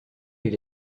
elle